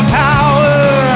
power